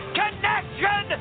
connection